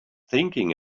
thinking